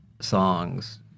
songs